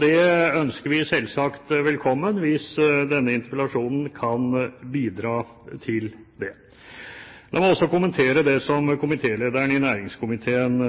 Det ønsker vi selvsagt velkommen, hvis denne interpellasjonen kan bidra til det. La meg også kommentere det som lederen i næringskomiteen